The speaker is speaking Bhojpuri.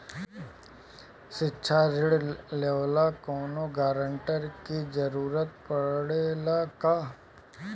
शिक्षा ऋण लेवेला कौनों गारंटर के जरुरत पड़ी का?